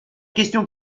question